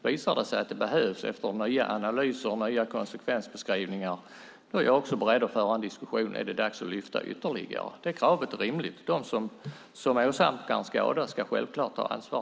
Visar det sig att det efter nya analyser och nya konsekvensbeskrivningar behövs mer är jag beredd att föra en diskussion om det är dags att lyfta nivån ytterligare. Det kravet är rimligt. De som åsamkar en skada ska självklart ta ansvar.